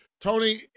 Tony